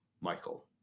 Michael